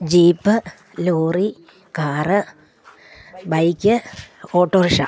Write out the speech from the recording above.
jeep lorry car bike autorickshaw